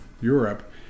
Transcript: Europe